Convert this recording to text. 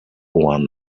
one